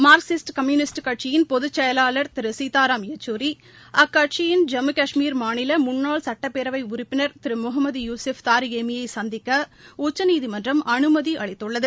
Marxist communist கட்சியின் பொதுச்செயலாளர் திரு சீதாராம் யக்குரி அக்கட்சியின் ஜம்மு கஷ்மீர் மாநில முன்னாள் சட்டப்பேரவை உறுப்பினர் திரு முகமது யூசுப் தாரிக் கேமி யை சந்திக்க உச்சநீதிமன்றம் அனுமதி அளித்துள்ளது